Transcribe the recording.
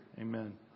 Amen